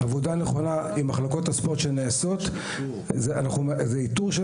עבודה נכונה עם מחלקות הספורט זה איתור של